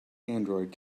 android